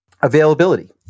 availability